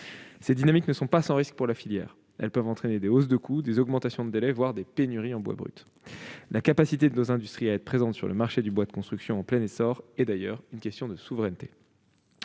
Ces dynamiques ne sont pas sans risques pour la filière : elles peuvent entraîner des hausses de coût, des augmentations de délais, voire des pénuries en bois brut. La capacité de nos industries à être présentes sur le marché du bois de construction en plein essor est d'ailleurs une question de souveraineté.